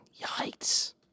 Yikes